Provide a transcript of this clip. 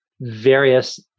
various